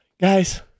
Guys